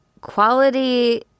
quality